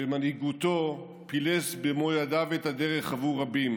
במנהיגותו פילס במו ידיו את הדרך עבור רבים,